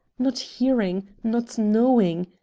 not hearing, not knowing.